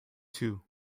two